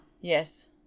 Yes